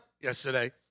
yesterday